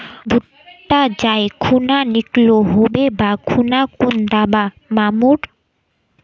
भुट्टा जाई खुना निकलो होबे वा खुना कुन दावा मार्मु?